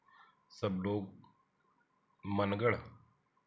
सब लोग मनगढ़